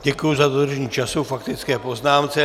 Děkuji za dodržení času k faktické poznámce.